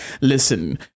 listen